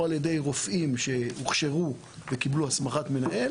על-ידי רופאים שהוכשרו וקיבלו הסמכת מנהל,